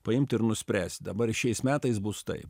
paimt ir nuspręst dabar šiais metais bus taip